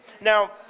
now